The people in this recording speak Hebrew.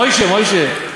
מוישה, מוישה,